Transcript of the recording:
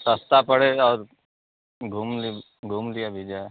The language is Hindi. सस्ता पड़े और घूम ले घूम लिया भी जाए